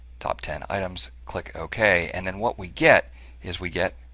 top ten items, click ok. and then what we get is, we get